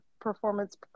performance